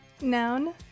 Noun